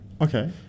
Okay